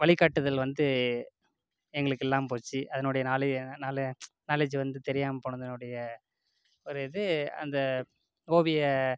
வழிகாட்டுதல் வந்து எங்களுக்கு இல்லாமல் போச்சு அதனுடைய நாள் நாலே நாலேஜ் வந்து தெரியாமல் போனதுனுடைய ஒரு இது அந்த ஓவிய